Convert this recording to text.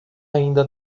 ainda